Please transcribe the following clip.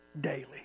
daily